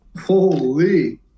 Holy